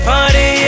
Party